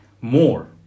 more